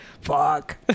fuck